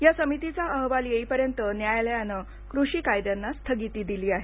या समितीचा अहवाल येईपर्यंत न्यायालयानं कृषी कायद्यांना स्थगिती दिली आहे